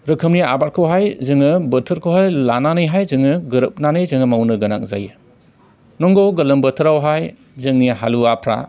रोखोमनि आबादखौहाय जों बोथोरखौहाय लानानैहाय जोङो गोरोबनानै जोङो मावनो गोनां जायो नंगौ गोलोम बोथोरावहाय जोंनि हालुवाफ्रा